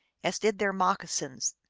as did their moccasins,